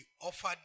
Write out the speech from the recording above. offered